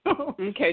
Okay